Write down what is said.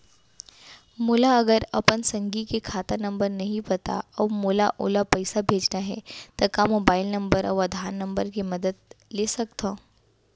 मोला अगर अपन संगी के खाता नंबर नहीं पता अऊ मोला ओला पइसा भेजना हे ता का मोबाईल नंबर अऊ आधार नंबर के मदद ले सकथव?